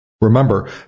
Remember